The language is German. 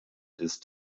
ist